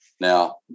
Now